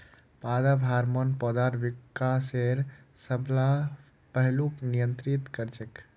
पादप हार्मोन पौधार विकासेर सब ला पहलूक नियंत्रित कर छेक